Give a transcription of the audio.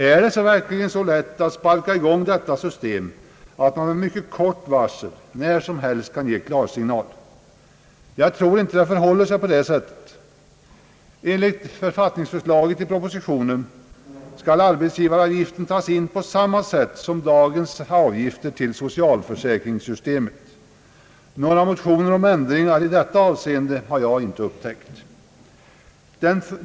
är det verkligen så lätt att sparka i gång detta system, att man med mycket kort varsel när som helst kan ge klarsignal? Jag tror inte att det förhåller sig så. Enligt författningsförslaget i propositionen skall arbetsgivaravgiften tas in på samma sätt som dagens avgifter till socialförsäkringssystemet. Några motioner om ändringar i detta avseende har jag inte upptäckt.